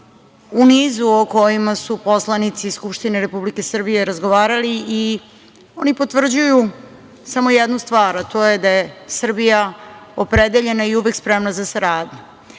u nizu o kojima su poslanici Skupštine Republike Srbije razgovarali i oni potvrđuju samo jednu stvar, a to je da je Srbija opredeljena i uvek spremna za saradnju.